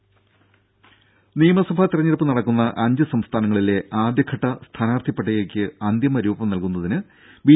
രുഭ നിയമസഭാ തെരഞ്ഞെടുപ്പു നടക്കുന്ന അഞ്ചു സംസ്ഥാനങ്ങളിലെ ആദ്യഘട്ട സ്ഥാനാർഥിപ്പട്ടികയ്ക്ക് അന്തിമരൂപം നൽകുന്നതിന് ബി